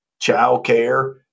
childcare